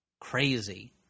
crazy